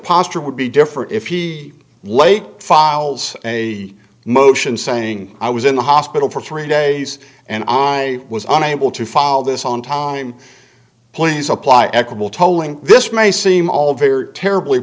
posture would be different if he laid files a motion saying i was in the hospital for three days and i was unable to file this on time please apply equable tolling this may seem all very terribly